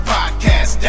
Podcast